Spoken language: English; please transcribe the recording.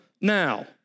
now